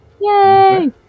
Yay